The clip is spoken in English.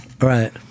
Right